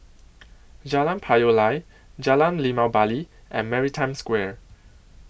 Jalan Payoh Lai Jalan Limau Bali and Maritime Square